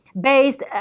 based